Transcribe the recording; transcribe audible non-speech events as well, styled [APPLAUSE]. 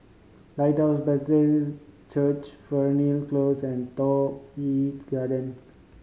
Lighthouse [UNINTELLIGIBLE] Church Fernhill Close and Toh Yi Garden